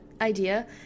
idea